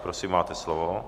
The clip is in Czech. Prosím, máte slovo.